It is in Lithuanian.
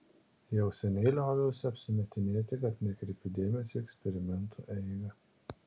jau seniai lioviausi apsimetinėti kad nekreipiu dėmesio į eksperimentų eigą